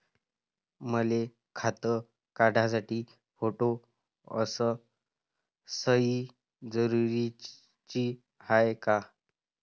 मले खातं काढासाठी फोटो अस सयी जरुरीची हाय का?